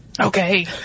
Okay